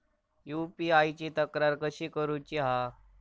UPI ची तक्रार कशी करुची हा?